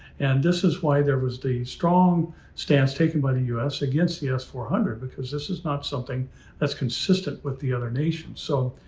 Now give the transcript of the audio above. and this is why there was the strong stance taken by the us against the s four hundred. because this is not something that's consistent with the other nations. so,